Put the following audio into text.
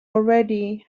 already